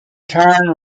turn